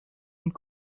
und